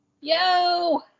Yo